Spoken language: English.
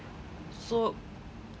so